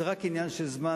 זה רק עניין של זמן,